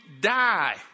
die